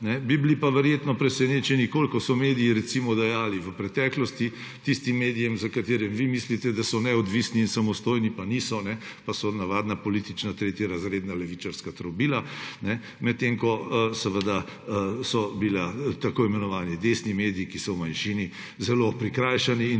Bi bili pa verjetno presenečeni, koliko so, recimo, dajali v preteklosti tistim medijem, za katere vi mislite, da so neodvisni in samostojni, pa niso in so navadna politična tretjerazredna levičarska trobila, medtem ko so bili tako imenovani desni mediji, ki so v manjšini, zelo prikrajšani.